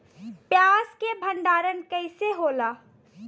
प्याज के भंडारन कइसे होला?